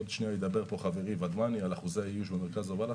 ידבר פה חברי ודמני על אחוזי האיוש במרכז ההובלה.